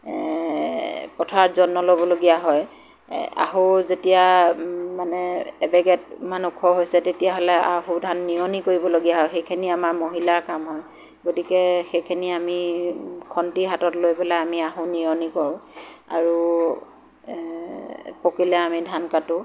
পথাৰত যত্ন ল'বলগীয়া হয় আহু যেতিয়া মানে এবেগেট মান ওখ হৈছে তেতিয়াহ'লে আহুধান নিয়নি কৰিবলগীয়া হয় সেইখিনি আমাৰ মহিলাৰ কাম হয় গতিকে সেইখিনি আমি খন্তি হাতত লৈ পেলাই আমি আহু নিয়নি কৰোঁ আৰু পকিলে আমি ধন কাটোঁ